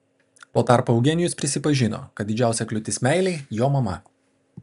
tuo tarpu eugenijus prisipažino kad didžiausia kliūtis meilei jo mama